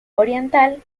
oriental